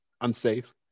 unsafe